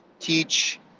teach